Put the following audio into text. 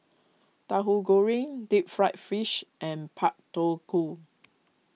Tahu Goreng Deep Fried Fish and Pak Thong Ko